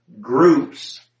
groups